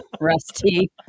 Rusty